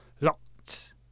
locked